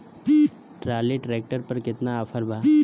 Trolley tractor पर केतना offer बा?